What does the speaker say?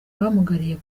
abamugariye